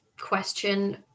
question